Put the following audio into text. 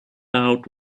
out